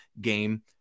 game